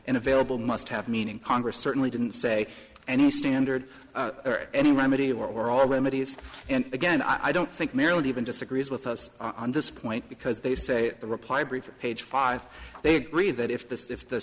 and available must have meaning congress certainly didn't say any standard or any remedy or all remedies and again i don't think nearly even disagrees with us on this point because they say the reply brief page five they agree that if this if th